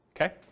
okay